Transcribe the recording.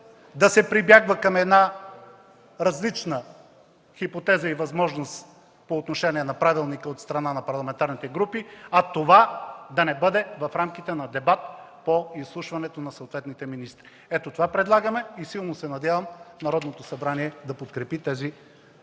да се прибягва до една различна хипотеза и възможност по отношение на правилника от страна на парламентарните групи, а това да не бъде в рамките на дебат по изслушването на съответните министри. Ето това предлагаме и силно се надявам Народното събрание да подкрепи тези проекти